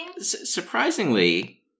Surprisingly